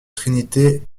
trinité